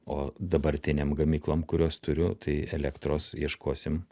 o dabartinėm gamyklom kurios turiu tai elektros ieškosim